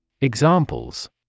Examples